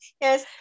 Yes